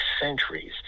centuries